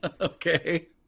Okay